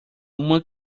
uma